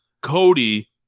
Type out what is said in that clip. Cody